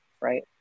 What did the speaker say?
right